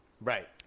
right